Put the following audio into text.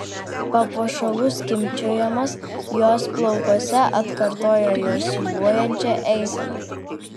papuošalų skimbčiojimas jos plaukuose atkartojo jos siūbuojančią eiseną